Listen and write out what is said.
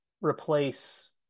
replace